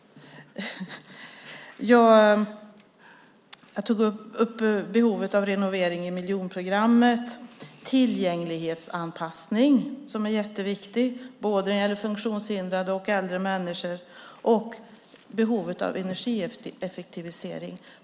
Jag tog upp behovet av renovering i miljonprogrammet, till exempel tillgänglighetsanpassning - jätteviktigt för både funktionshindrade och äldre - och energieffektivisering.